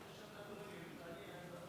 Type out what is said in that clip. כבוד היושב-ראש, אני הולכת לדבר